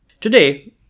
Today